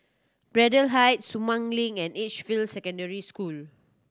Braddell Heights Sumang Link and Edgefield Secondary School